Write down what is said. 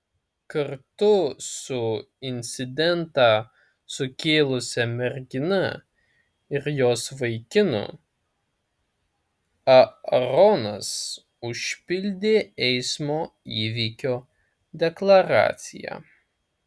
kartu su incidentą sukėlusia mergina ir jos vaikinu aaronas užpildė eismo įvykio deklaraciją